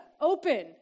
open